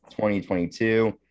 2022